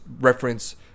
reference